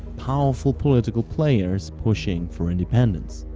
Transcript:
powerful political players pushing for independence.